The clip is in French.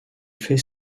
fait